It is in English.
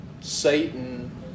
Satan